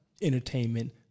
entertainment